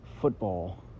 football